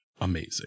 amazing